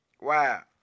wow